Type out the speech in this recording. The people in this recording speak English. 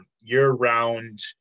year-round